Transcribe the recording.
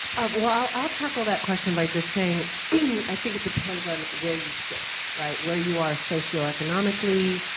well, i'll tackle that question by just saying i think it depends on where you sit, right? where you are socioeconomically,